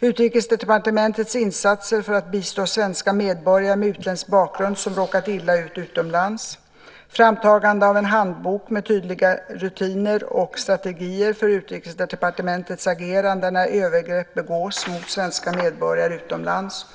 1. Utrikesdepartementets insatser för att bistå svenska medborgare med utländsk bakgrund som råkat illa ut utomlands; 2. Framtagande av en handbok med tydliga rutiner och strategier för Utrikesdepartementets agerande när övergrepp begås mot svenska medborgare utomlands;